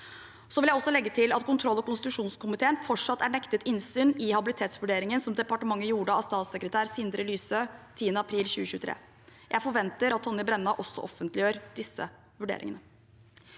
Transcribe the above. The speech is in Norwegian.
Jeg vil legge til at kontroll- og konstitusjonskomiteen fortsatt er nektet innsyn i habilitetsvurderingen departementet gjorde av statssekretær Sindre Lysø 10. april 2023. Jeg forventer at Tonje Brenna også offentliggjør disse vurderingene.